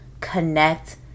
connect